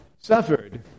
suffered